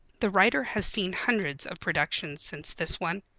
the writer has seen hundreds of productions since this one.